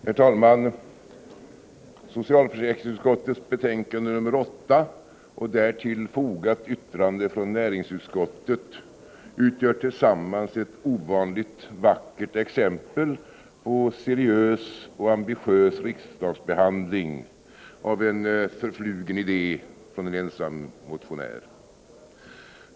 Herr talman! Socialförsäkringsutskottets betänkande nr 8 och därtill fogat yttrande från näringsutskottet utgör tillsammans ett ovanligt vackert exempel på seriös och ambitiös riksdagsbehandling av en förflugen idé från en ensam motionär.